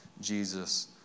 Jesus